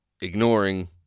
ignoring